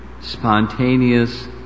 spontaneous